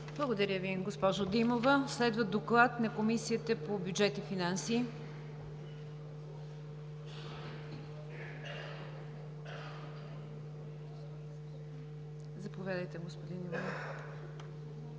Благодаря Ви, госпожо Димова. Следва доклад на Комисията по бюджет и финанси. Заповядайте, господин Иванов.